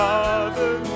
Father